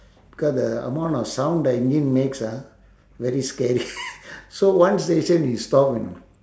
because the amount of sound the engine makes ah very scary so one station we stopped you know